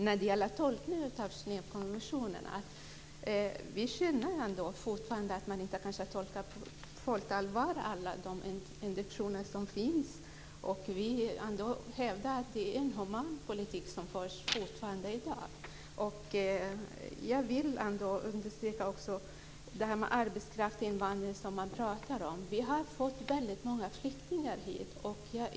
När det gäller tolkningen av Genèvekonventionen känner vi fortfarande att man kanske inte på fullt allvar har tolkat alla intentioner som finns. Och vi vill hävda att det är en inhuman politik som fortfarande förs i dag. Jag vill också beträffande den arbetskraftsinvandring som man talar om säga att vi har fått väldigt många flyktingar till Sverige.